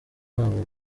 babo